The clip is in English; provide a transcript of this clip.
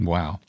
Wow